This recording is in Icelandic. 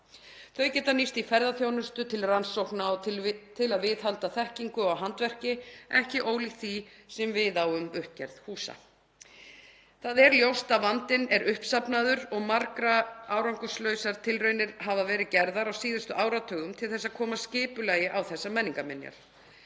Þau geta nýst í ferðaþjónustu, til rannsókna og til að viðhalda þekkingu á handverki, ekki ólíkt því sem við á um uppgerð húsa. Það er ljóst að vandinn er uppsafnaður og margar árangurslausar tilraunir hafa verið gerðar á síðustu áratugum til þess að koma skipulagi á þessar menningarminjar.